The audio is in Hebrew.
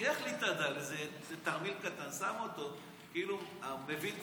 לוקח לי איזה תרמיל קטן, שם אותו, הוא מביא את